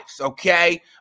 okay